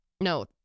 No